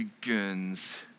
begins